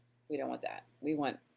we don't want that, we want,